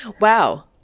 Wow